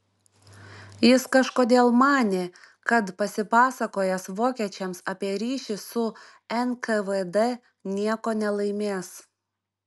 jis kažkodėl manė kad pasipasakojęs vokiečiams apie ryšį su nkvd nieko nelaimės